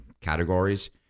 categories